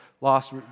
lost